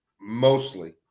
mostly